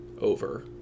over